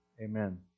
Amen